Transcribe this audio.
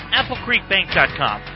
applecreekbank.com